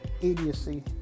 idiocy